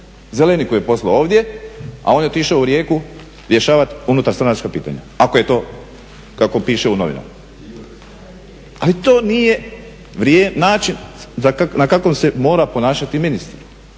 Zeleniku je poslao ovdje a on je otišao u Rijeku rješavati unutar stranačka pitanja ako je to kako piše u novinama. Ali to nije način kako se mora ponašati ministar.